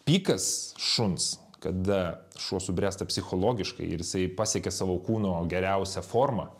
pykas šuns kada šuo subręsta psichologiškai ir jisai pasiekia savo kūno geriausią formą